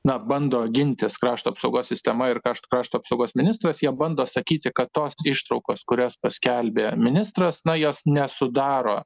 na bando gintis krašto apsaugos sistema ir kraš krašto apsaugos ministras jie bando sakyti kad tos ištraukos kurias paskelbė ministras na jos nesudaro